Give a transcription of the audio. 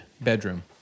bedroom